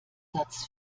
satz